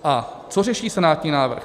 A co řeší senátní návrh?